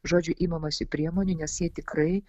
žodžiu imamasi priemonių nes jie tikrai